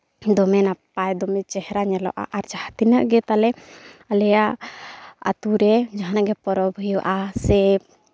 ᱫᱚᱢᱮ ᱱᱟᱯᱟᱭ ᱫᱚᱢᱮ ᱪᱮᱦᱨᱟ ᱧᱮᱞᱚᱜᱼᱟ ᱟᱨ ᱡᱟᱦᱟᱸ ᱛᱤᱱᱟᱹᱜ ᱜᱮ ᱛᱟᱞᱮ ᱟᱞᱮᱭᱟᱜ ᱟᱹᱛᱩ ᱨᱮ ᱡᱟᱦᱟᱸᱱᱟᱜ ᱯᱚᱨᱚᱵᱽ ᱦᱩᱭᱩᱜᱼᱟ ᱥᱮ